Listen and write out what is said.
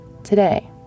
today